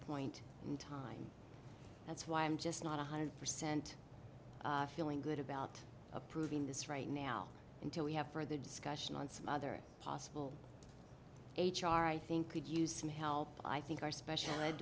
point in time that's why i'm just not one hundred percent feeling good about approving this right now until we have further discussion on other possible h r i think could use some help i think our special